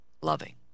loving